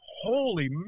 holy